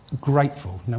grateful